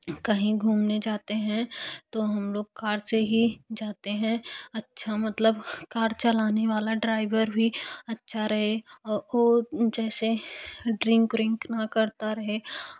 कहीं घूमने जाते हैं तो हम लोग कार से ही जाते हैं अच्छा मतलब कार चलाने वाला ड्राइवर भी अच्छा रहे और ओ जैसे जैसे ड्रिंक व्रिंक ना करता रहे